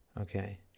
Okay